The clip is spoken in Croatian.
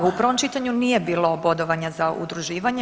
Da, u prvom čitanju nije bilo bodovanja za udruživanje.